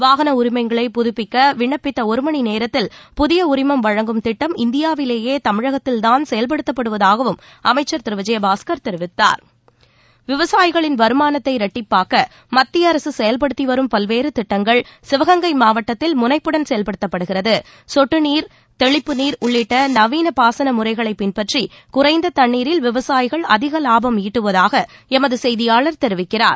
வாகன உரிமங்களை புதப்பிக்க விண்ணப்பித்த ஒருமணி நேரத்தில் புதிய உரிமம் வழங்கும் திட்டம் இந்தியாவிலேயே தமிழகத்தில்தான் செயல்படுத்தப்படுவதாகவும் அமைச்சர் திரு விஜயபாஸ்கர் தெரிவித்தார் விவசாயிகளின் வருமானத்தை இரட்டிப்பாக்க மத்திய அரசு செயல்படுத்தி வரும் பல்வேறு திட்டங்கள் சிவங்கை மாவட்டத்தில் முனைப்புடன் செயல்படுத்தப்படுகிறது சொட்டு நீர் தெளிப்பு நீர் உள்ளிட்ட நவீன பாசன முறைகளை பின்பற்றி குறைந்த தண்ணீரில் விவசாயிகள் அதிக லாபம் ஈட்டுவதாக எமது செய்தியாளர் தெரிவிக்கிறார்